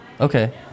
okay